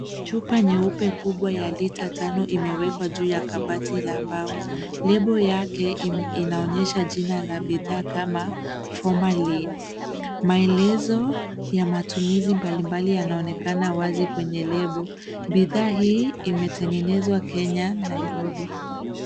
Chupa nyeupe kubwa ya lita tano imewekwa juu ya kabati la mbao. Lebo yake inaonyesha jina la bidhaa kama phomalean .Maelezo ya matumizi mbalimali yanaonekana wazi kwenye lebo. Bidhaa hii imetengenezwa Kenya, Nairobi.